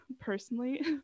personally